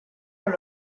por